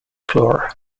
floor